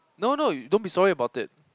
no no you don't be sorry about it